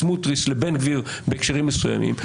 סמוטריץ' לבן גביר בהקשרים מסוימים,